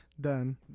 Done